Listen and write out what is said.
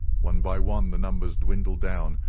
one by one the numbers dwindled down,